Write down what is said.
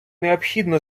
необхідно